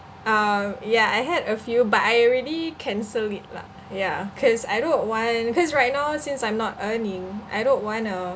um yeah I had a few but I already cancel it lah ya cause I don't want because right now since I'm not earning I don't want to